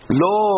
lo